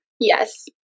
Yes